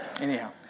Anyhow